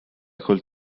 col